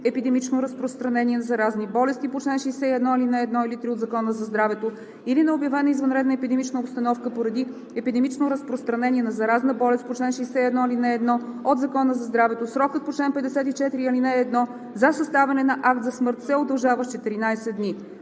епидемично разпространение на заразни болести по чл. 61, ал. 1 или 3 от Закона за здравето или на обявена извънредна епидемична обстановка поради епидемично разпространение на заразна болест по чл. 61, ал. 1 от Закона за здравето срокът по чл. 54, ал. 1 за съставяне на акт за смърт се удължава с 14 дни.“